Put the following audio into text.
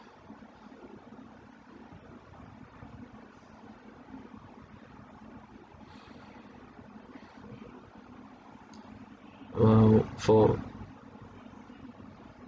well for